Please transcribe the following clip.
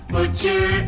Butcher